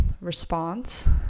response